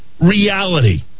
reality